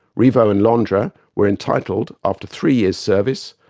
riveau and l'andre were entitled, after three years' service,